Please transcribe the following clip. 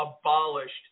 abolished